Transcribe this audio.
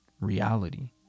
Reality